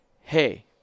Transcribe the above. hey